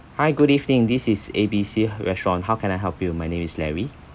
hi good evening this is A B C restaurant how can I help you my name is larry